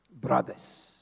brothers